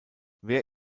wer